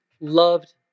loved